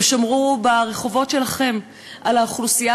הם שמרו ברחובות שלכם על האוכלוסייה,